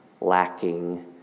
lacking